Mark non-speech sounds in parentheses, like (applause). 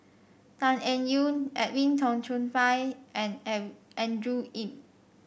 Tan Eng Yoon Edwin Tong Chun Fai and (unintelligible) Andrew Yip